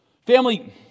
Family